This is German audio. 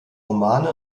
romane